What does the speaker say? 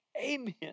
Amen